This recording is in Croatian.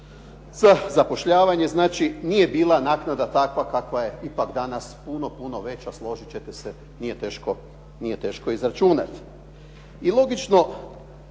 zapošljavanje. Znači, nije bila naknada kakva je ipak danas puno veća, složit ćete se, nije teško izračunati. I logično